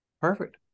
Perfect